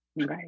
Right